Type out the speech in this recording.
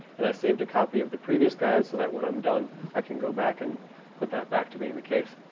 and i saved a copy of the previous guys that when i'm done i can go back and put that back to being the case.